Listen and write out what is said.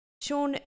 Sean